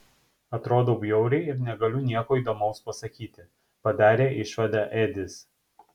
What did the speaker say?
atrodau bjauriai ir negaliu nieko įdomaus pasakyti padarė išvadą edis